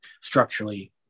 structurally